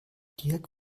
dirk